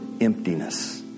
emptiness